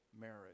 marriage